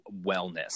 wellness